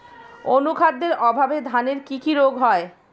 অনুখাদ্যের অভাবে ধানের কি কি রোগ হয়?